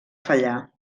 fallar